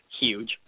huge